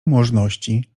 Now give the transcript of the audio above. możności